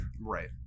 Right